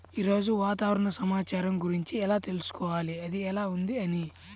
ఈరోజు వాతావరణ సమాచారం గురించి ఎలా తెలుసుకోవాలి అది ఎలా ఉంది అని?